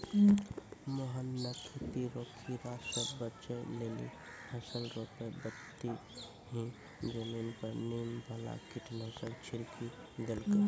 मोहन नॅ खेती रो कीड़ा स बचै लेली फसल रोपै बक्ती हीं जमीन पर नीम वाला कीटनाशक छिड़की देलकै